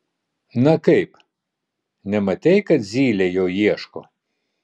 na kaip nematei kad zylė jo ieško